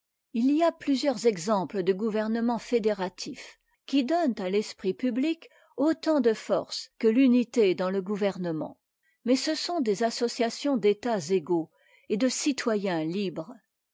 il y a plusieurs exemples de gouvernements fédératifs qui donnent à l'esprit public autant de force que l'unité dans le gouvernement mais ce sont des associations d'états égaux et de citoyens libres